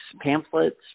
pamphlets